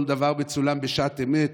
כל דבר מצולם בשעת אמת,